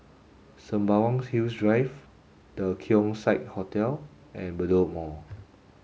Sembawang Hills Drive The Keong Saik Hotel and Bedok Mall